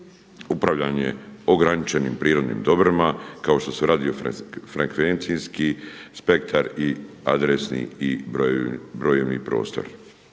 upravljanje ograničenim prirodnim dobrima, kao što su radiofrekfenkcijski spektar i adresni i brojevni prostor.